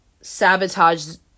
sabotaged